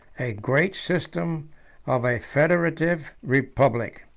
a great system of a federative republic.